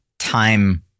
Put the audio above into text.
time